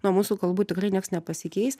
nuo mūsų kalbų tikrai nieks nepasikeis